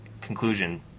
conclusion